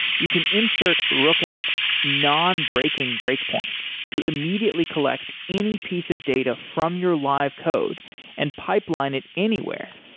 you can insert rook out non-breaking breakpoints to immediately collect any piece of data from your live code and pipeline it anywhere,